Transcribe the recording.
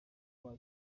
uwa